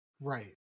Right